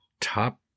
top